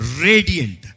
Radiant